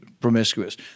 promiscuous